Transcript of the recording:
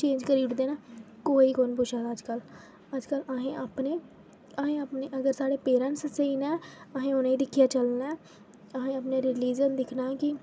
change करी ओड़दे न कोई कु'न पुच्छा दा अज्जकल अहें अपने अहें अपने अगर साढ़े पेरेंट्स स्हेई न अहें उ'नें ई दिक्खियै चलना एह् अहें अपना रिलिजन दिक्खना की